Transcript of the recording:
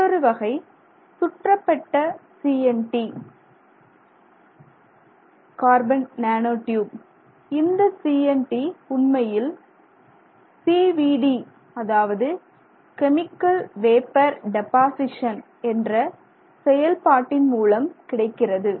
மற்றொரு வகை சுற்றப்பட்ட CNT என்பது கார்பன் நானோ டியூப் இந்த CNT உண்மையில் CVD அதாவது கெமிக்கல் வேப்பர் டெபாசிசன் என்ற செயல்பாட்டின் மூலம் கிடைக்கிறது